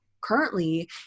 currently